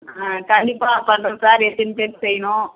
ஆ கண்டிப்பாக பண்ணுறோம் சார் எத்தனி பேருக்கு செய்யணும்